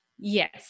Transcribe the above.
Yes